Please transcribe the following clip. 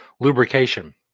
lubrication